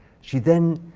she then